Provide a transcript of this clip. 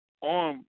on